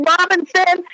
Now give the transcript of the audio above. Robinson